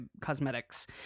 cosmetics